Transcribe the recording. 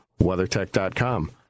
WeatherTech.com